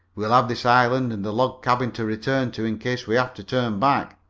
we'll have this island and the log cabin to return to in case we have to turn back.